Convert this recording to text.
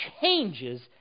changes